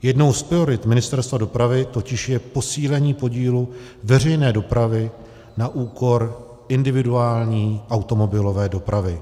Jednou z priorit Ministerstva dopravy totiž je posílení podílu veřejné dopravy na úkor individuální automobilové dopravy.